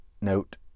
note